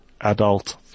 adult